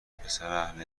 پسراهل